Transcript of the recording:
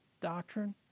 doctrine